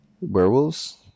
werewolves